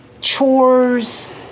chores